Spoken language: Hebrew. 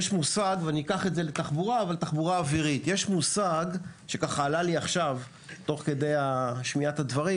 יש מושג שעלה אצלי עכשיו תוך כדי שמיעת הדברים